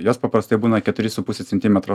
jos paprastai būna keturi su puse centimetro